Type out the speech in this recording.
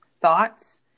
thoughts